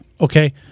okay